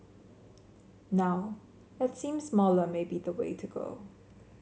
now it seems smaller may be the way to go